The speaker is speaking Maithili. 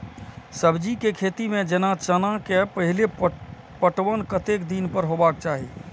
सब्जी के खेती में जेना चना के पहिले पटवन कतेक दिन पर हेबाक चाही?